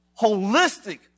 holistic